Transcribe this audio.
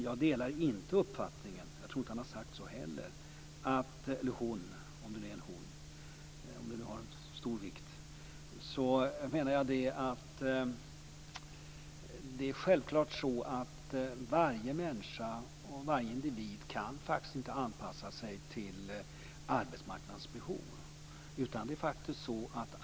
Jag delar inte den uppfattningen - jag tror inte heller att han eller hon har sagt så. Det är självklart så att varje individ kan inte anpassa sig till arbetsmarknadens behov.